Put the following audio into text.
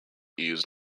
used